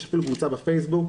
יש אפילו קבוצה בפייסבוק,